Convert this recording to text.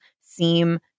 seem